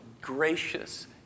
gracious